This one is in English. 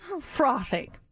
frothing